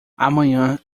amanhã